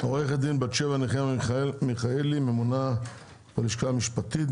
עורכת הדין בת שבע נחמיה מיכאלי ממונה בלשכה המשפטית,